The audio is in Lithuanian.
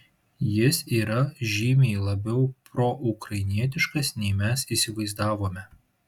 jis yra žymiai labiau proukrainietiškas nei mes įsivaizdavome